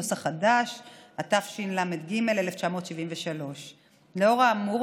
התשל"ג 1973. לאור האמור,